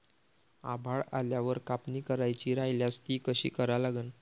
आभाळ आल्यावर कापनी करायची राह्यल्यास ती कशी करा लागन?